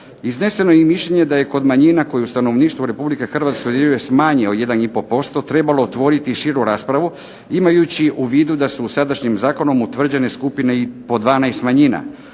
Izneseno je i mišljenje da je kod manjina koji u stanovništvu RH ... smanjio 1,5% trebalo otvoriti širu raspravu imajući u vidu da se u sadašnjem zakonom utvrđene skupine i po 12 manjina